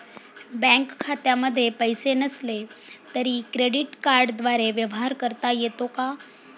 Bank खात्यामध्ये पैसे नसले तरी क्रेडिट कार्डद्वारे व्यवहार करता येतो का?